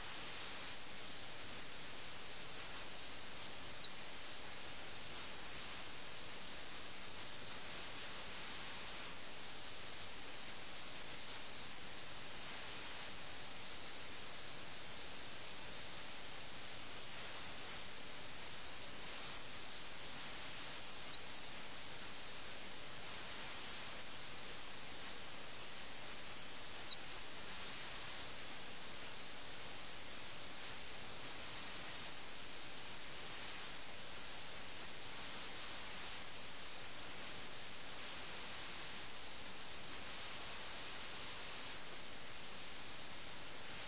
English east India കമ്പനിയുടെ പിടിയിൽ അകപ്പെട്ട ഈ സമ്പന്ന നഗരമായ ലഖ്നൌവിലെ ജനങ്ങളേയും ജനങ്ങളെ ദുഷിപ്പിച്ച ആഹ്ളാദങ്ങളുടെ ശ്രേണിയുടെ പ്രതീകമാണ് ആ ചെസ്സ് കളി